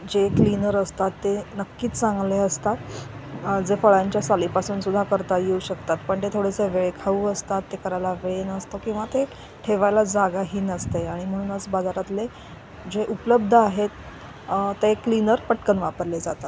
जे क्लीनर असतात ते नक्कीच चांगले असतात जे फळांच्या सालीपासून सुद्धा करता येऊ शकतात पण ते थोडेस वेळ खाऊ असतात ते करायला वेळ नसतो किंवा ते ठेवायला जागाही नसते आणि म्हणूनज बाजारातले जे उपलब्ध आहेत आ ते क्लीनर पटकन वापरले जातात